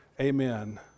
Amen